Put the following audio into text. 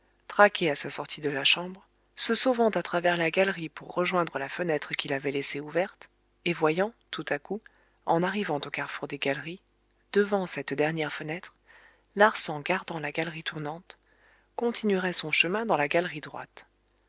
traqué à sa sortie de la chambre se sauvant à travers la galerie pour rejoindre la fenêtre qu'il avait laissée ouverte et voyant tout à coup en arrivant au carrefour des galeries devant cette dernière fenêtre larsan gardant la galerie tournante continuerait son chemin dans la galerie droite